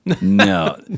No